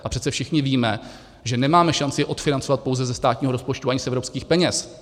A přece všichni víme, že nemáme šanci je odfinancovat pouze ze státního rozpočtu, ani z evropských peněz.